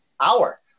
hour